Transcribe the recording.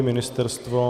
Ministerstvo?